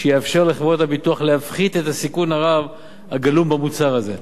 שיאפשר לחברות הביטוח להפחית את הסיכון הרב הגלום במוצר זה.